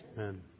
Amen